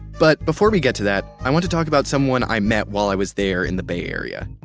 but before we get to that, i want to talk about someone i met while i was there in the bay area.